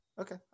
okay